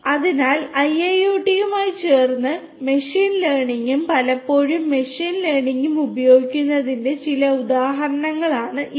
അതിനാൽ IIoT യുമായി ചേർന്ന് മെഷീൻ ലേണിംഗും പലപ്പോഴും മെഷീൻ ലേണിംഗും ഉപയോഗിക്കുന്നതിന്റെ ചില ഉദാഹരണങ്ങളാണ് ഇവ